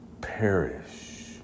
perish